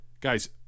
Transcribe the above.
Guys